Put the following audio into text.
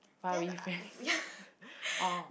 why are we friends orh